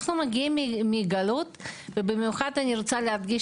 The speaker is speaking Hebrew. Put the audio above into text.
אנחנו מגיעים מגלות ובמיוחד אני רוצה להדגיש,